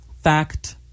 Fact